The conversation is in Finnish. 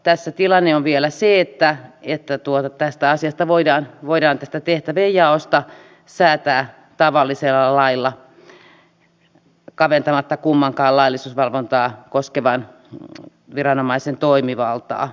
tässä tilanne on vielä se että tästä tehtävänjaosta voidaan säätää tavallisella lailla kaventamatta kummankaan laillisuusvalvontaa koskevan viranomaisen toimivaltaa